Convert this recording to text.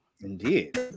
Indeed